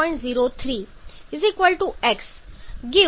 72 0